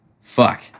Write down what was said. fuck